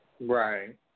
Right